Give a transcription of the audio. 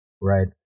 right